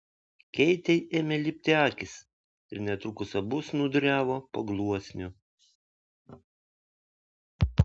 keitei ėmė lipti akys ir netrukus abu snūduriavo po gluosniu